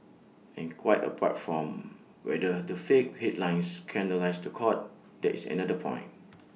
in quite apart from whether the fake headlines scandalise The Court there is another point